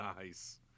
Nice